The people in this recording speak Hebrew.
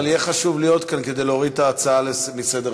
אבל יהיה חשוב להיות כאן כדי להוריד את ההצעה מסדר-היום,